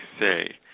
say